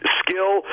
skill